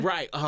Right